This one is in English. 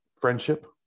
friendship